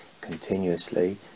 continuously